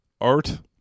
art